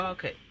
Okay